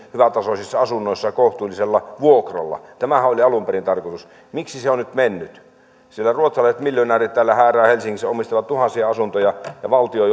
hyvätasoisissa asunnoissa kohtuullisella vuokralla tämähän oli alun perin tarkoitus miksi se on nyt mennyt ruotsalaiset miljonäärit hääräävät helsingissä omistavat tuhansia asuntoja ja valtio